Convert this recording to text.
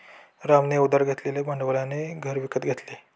रामने उधार घेतलेल्या भांडवलाने घर विकत घेतले